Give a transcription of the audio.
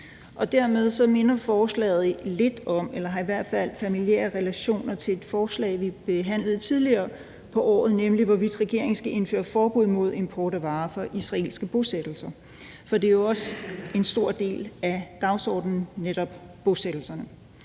Og dermed minder forslaget lidt om eller har i hvert fald familiære relationer til et forslag, vi behandlede tidligere på året, nemlig om, hvorvidt regeringen skal indføre forbud mod import af varer fra israelske bosættelser, for netop bosættelserne er jo en stor del af dagsordenen. Så lad mig pointere: